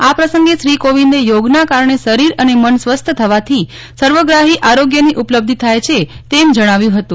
આ પ્રસંગે શ્રી કોવિંદે યોગ ના કારણે શરીર અને મન સ્વસ્થ થવાથી સર્વગ્રાહી આરોગ્યની ઉપલબ્ધિ થાય છે તેમ જણાવ્યું હતું